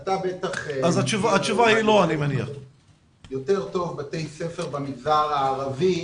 אתה בטח מכיר יותר טוב את בתי הספר במגזר הערבי.